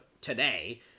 today